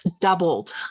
doubled